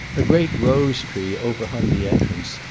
a great rose-tree overhung the entrance,